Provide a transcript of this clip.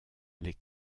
les